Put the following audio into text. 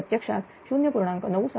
हा प्रत्यक्षात 0